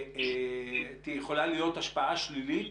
יכולה להיות השפעה שלילית